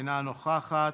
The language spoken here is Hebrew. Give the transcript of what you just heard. אינה נוכחת,